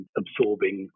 absorbing